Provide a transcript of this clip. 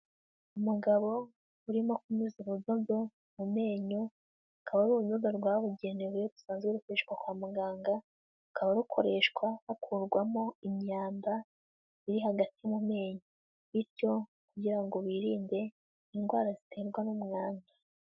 Umugabo urimo kunyuza urudodo mu menyo kaba urudodo rwabugenewe rusanzwe rukoreshwa kwa muganga rukaba rukoreshwa hakurwamo imyanda iri hagati mu menyo bityo kugira ngo birinde indwara ziterwa n'umwanda.